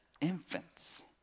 infants